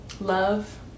love